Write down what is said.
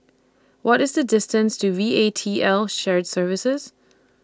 What IS The distance to V A T L Shared Services